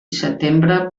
setembre